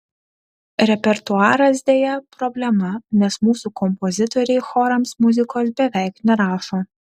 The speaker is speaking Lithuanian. repertuaras deja problema nes mūsų kompozitoriai chorams muzikos beveik nerašo